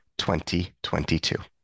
2022